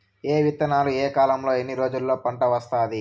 ఏ విత్తనాలు ఏ కాలంలో ఎన్ని రోజుల్లో పంట వస్తాది?